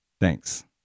Thanks